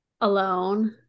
alone